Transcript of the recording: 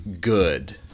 good